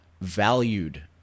valued